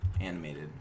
Animated